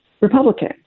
Republican